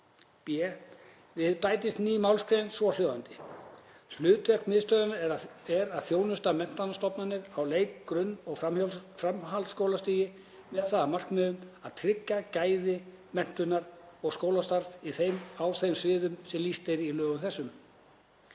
b. Við bætist ný málsgrein, svohljóðandi: Hlutverk miðstöðvarinnar er að þjónusta menntastofnanir á leik-, grunn- og framhaldsskólastigi með það að markmiði að tryggja gæði í menntun og skólastarfi á þeim sviðum sem lýst er í lögum þessum.